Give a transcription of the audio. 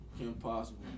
Impossible